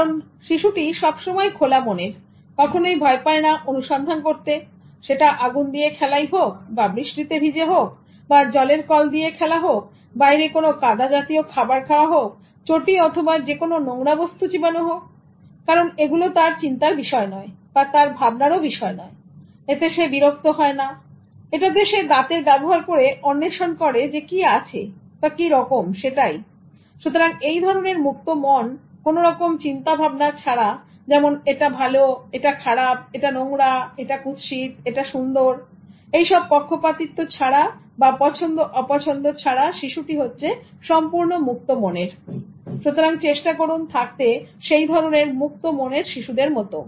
কারণ শিশুটি সবসময় খোলা মনের কখনোই ভয় পায় না অনুসন্ধান করতে সেটা আগুন দিয়ে খেলাই হোক বৃষ্টিতে ভিজে হোক জলের কল দিয়ে খেলা হোক বাইরে কোন কাদা জাতীয় খাবার খাওয়া হোক চটি অথবা যে কোন নোংরা বস্তু চিবানো হোককরন এগুলো তার চিন্তার বিষয় নয় বা তার ভাবনার বিষয় নয় এতে সে বিরক্ত হয়না এতে সে দাঁতের ব্যবহার করে অন্বেষণ করে কি আছে বা কিরকম সেটাই সুতরাং এই ধরনের মুক্ত মন কোন রকম চিন্তা ভাবনা ছাড়া যেমন এটা ভালো এটা খারাপ এটা নোংরা এটা কুৎসিত এটা সুন্দর সুতরাং এইসব পক্ষপাতিত্ব ছাড়া এসব পছন্দ অপছন্দ ছাড়া শিশুটি হচ্ছে সম্পূর্ণ মুক্ত মনের সুতরাং চেষ্টা করুন থাকতে সেই ধরনের মুক্তমনের শিশুদের মত